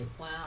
Wow